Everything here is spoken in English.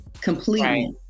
completely